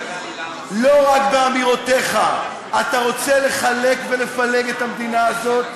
לא רק באמירותיך אתה רוצה לחלק ולפלג את המדינה הזאת,